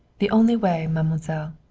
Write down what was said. the only way, mademoiselle.